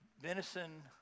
venison